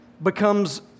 becomes